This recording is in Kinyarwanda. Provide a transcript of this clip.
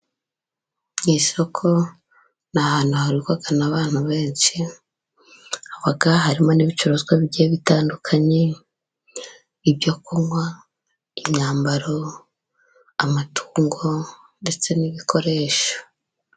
Mu isoko ni ahantu hahurirwa n'abantu benshi, haba harimo n'ibicuruzwa bigiye bitandukanye, ibyo kunywa, imyambaro, amatungo, ndetse n'ibikoresho.